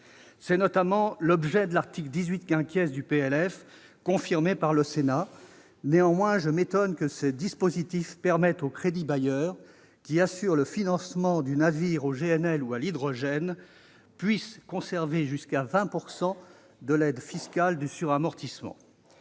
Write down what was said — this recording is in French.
C'est notamment l'objet de l'article 18 du PLF, confirmé par le Sénat. Néanmoins, je m'étonne que ce dispositif permette au crédit-bailleur qui assure le financement du navire au gaz naturel liquéfié ou à l'hydrogène de conserver jusqu'à 20 % de l'aide fiscale du suramortissement.